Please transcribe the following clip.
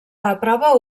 aprova